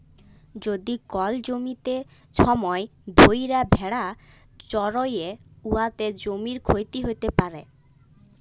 যদি কল জ্যমিতে ছময় ধ্যইরে ভেড়া চরহে উয়াতে জ্যমির ক্ষতি হ্যইতে পারে